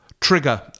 trigger